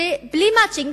בלי "מצ'ינג".